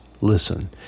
listen